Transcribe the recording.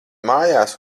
mājās